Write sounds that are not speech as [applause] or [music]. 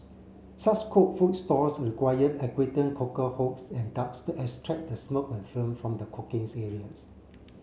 such cook food stalls required [unintelligible] cooker hoods and ducts to extract the smoke and [unintelligible] from the cooking's areas